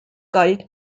cult